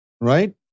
right